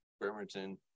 Bremerton